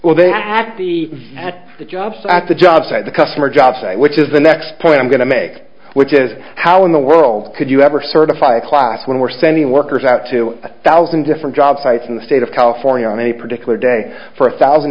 well they add the jobs at the job site the customer job site which is the next point i'm going to make which is how in the world could you ever certify a class when we're sending workers out to a thousand different job sites in the state of california on any particular day for a thousand